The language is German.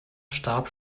starb